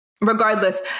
Regardless